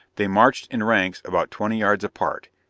they marched in ranks about twenty yards apart,